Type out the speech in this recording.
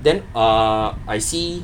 then ah I see